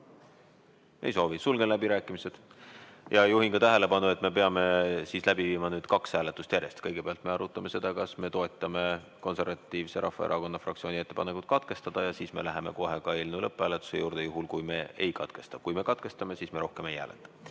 Ei soovi. Sulgen läbirääkimised. Juhin ka tähelepanu, et me peame läbi viima kaks hääletust järjest. Kõigepealt me arutame seda, kas me toetame Konservatiivse Rahvaerakonna fraktsiooni ettepanekut [teine lugemine] katkestada, ja siis me läheme kohe eelnõu lõpphääletuse juurde, juhul kui me [lugemist] ei katkesta. Kui me katkestame, siis me rohkem ei hääleta.